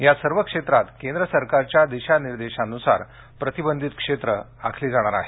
या सर्व क्षेत्रात केंद्र सरकारच्या दिशानिर्देशांनुसार प्रतिबंधित क्षेत्रं आखली जाणार आहेत